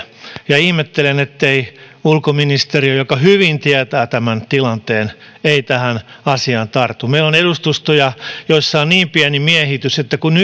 ja ihmettelen ettei ulkoministeriö joka hyvin tietää tämän tilanteen tähän asiaan tartu meillä on edustustoja joissa on niin pieni miehitys että kun